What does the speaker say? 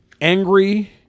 angry